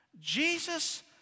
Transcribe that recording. Jesus